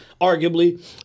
arguably